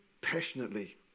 passionately